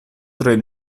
tre